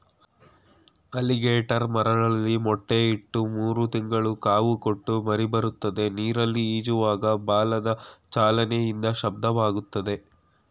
alligator ಮರಳಲ್ಲಿ ಮೊಟ್ಟೆ ಇಟ್ಟು ಮೂರು ತಿಂಗಳು ಕಾವು ಕೊಟ್ಟು ಮರಿಬರ್ತದೆ ನೀರಲ್ಲಿ ಈಜುವಾಗ ಬಾಲದ ಚಲನೆಯಿಂದ ಶಬ್ದವಾಗ್ತದೆ